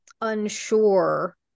unsure